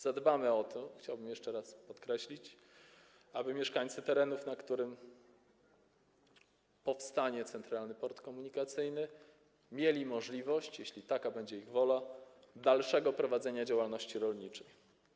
Zadbamy o to, chciałbym jeszcze raz to podkreślić, aby mieszkańcy terenów, na których powstanie Centralny Port Komunikacyjny, mieli możliwość - jeśli taka będzie ich wola - dalszego prowadzenia działalności rolniczej.